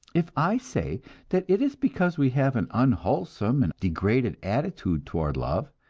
if i say that it is because we have an unwholesome and degraded attitude toward love,